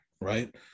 right